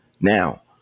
Now